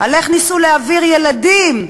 איך ניסו להעביר ילדים,